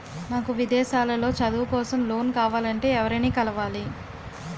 నాకు విదేశాలలో చదువు కోసం లోన్ కావాలంటే ఎవరిని కలవాలి?